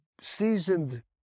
seasoned